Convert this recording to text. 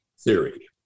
theory